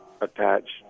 attached